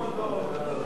חוק מקורות אנרגיה (תיקון),